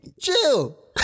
chill